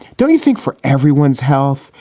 don't you think for everyone's health,